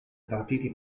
partiti